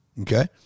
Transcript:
okay